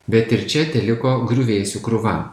bet ir čia teliko griuvėsių krūva